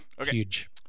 Huge